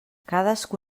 cadascú